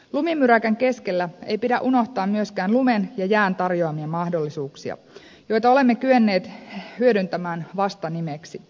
lumimyräkän keskellä ei pidä unohtaa myöskään lumen ja jään tarjoamia mahdollisuuksia joita olemme kyenneet hyödyntämään vasta nimeksi